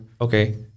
Okay